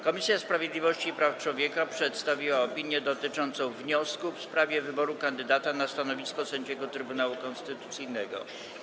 Komisja Sprawiedliwości i Praw Człowieka przedstawiła opinię dotyczącą wniosku w sprawie wyboru kandydata na stanowisko sędziego Trybunału Konstytucyjnego.